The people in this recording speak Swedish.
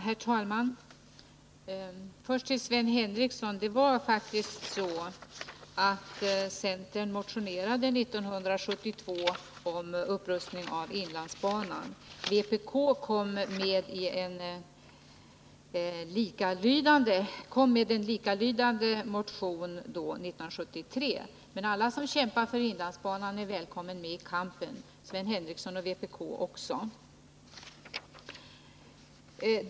Herr talman! Till Sven Henricsson vill jag först säga att centern faktiskt väckte en motion i riksdagen 1972 om upprustning av inlandsbanan. Vpk väckte en liknande motion 1973. Men alla som kämpar för inlandsbanan är välkomna med i kampen — Sven Henricsson och vpk också.